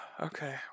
Okay